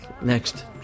next